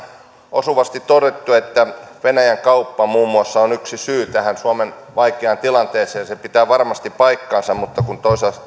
osuvasti todettu että venäjän kauppa muun muassa on yksi syy tähän suomen vaikeaan tilanteeseen se pitää varmasti paikkansa mutta kun